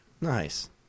Nice